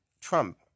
Trump